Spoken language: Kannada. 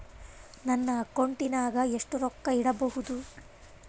ನನ್ನ ಅಕೌಂಟಿನಾಗ ಎಷ್ಟು ರೊಕ್ಕ ಇಡಬಹುದು?